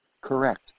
Correct